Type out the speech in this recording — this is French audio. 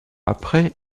après